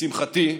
לשמחתי,